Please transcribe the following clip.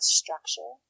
structure